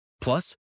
Plus